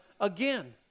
again